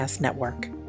network